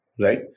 right